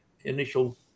initial